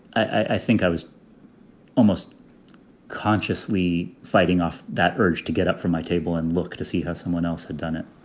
i think i was almost consciously fighting off that urge to get up from my table and look to see how someone else had done it